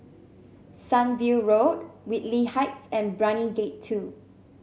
Sunview Road Whitley Heights and Brani Gate Two